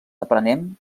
aprenem